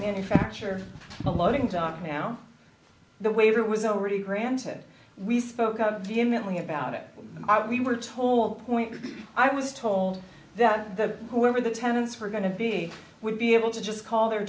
manufacture a loading dock now the waiver was already granted we spoke up vehemently about it when i we were told point i was told that the whoever the tenants were going to be would be able to just call their